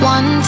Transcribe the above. One